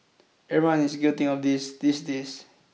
everyone is guilty of this these days